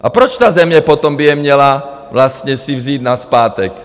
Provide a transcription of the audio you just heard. A proč ta země potom by je měla vlastně si vzít nazpátek?